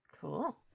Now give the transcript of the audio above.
cool